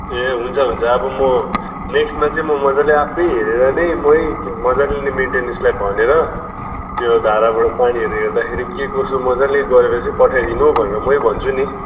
ए हुन्छ हुन्छ अब म नेक्सटमा चाहिँ म मज्जाले आफै हेरेर नै मै मज्जाले नै मेन्टेनेन्सलाई भनेर त्यो धाराबाट पानीहरू हेर्दाखेरि के कसो मज्जाले गरेर चाहिँ पठाइदिनु भनेर मै भन्छु नि